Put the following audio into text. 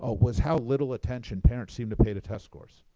ah was how little attention parents seem to pay to test scores.